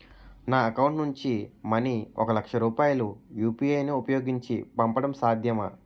నా అకౌంట్ నుంచి మనీ ఒక లక్ష రూపాయలు యు.పి.ఐ ను ఉపయోగించి పంపడం సాధ్యమా?